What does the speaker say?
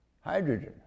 hydrogen